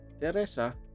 Teresa